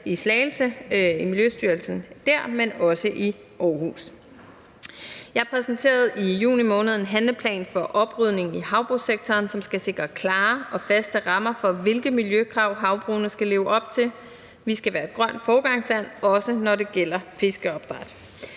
i Slagelse, i miljøstyrelsen dér, men også i Aarhus. Kl. 15:35 Jeg præsenterede i juni måned en handleplan for oprydning i havbrugssektoren, som skal sikre klare og faste rammer for, hvilke miljøkrav havbrugene skal leve op til. Vi skal være et grønt foregangsland, også når det gælder fiskeopdræt.